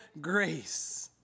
grace